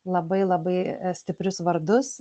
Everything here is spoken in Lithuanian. labai labai stiprius vardus